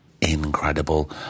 incredible